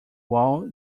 wall